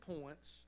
points